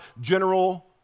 general